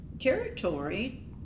territory